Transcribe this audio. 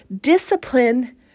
Discipline